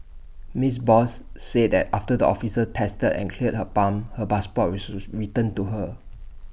miss Bose said that after the officers tested and cleared her pump her passport was returned to her